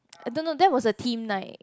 I don't know that was the theme night